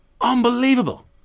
Unbelievable